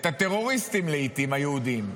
לעיתים את הטרוריסטים היהודים,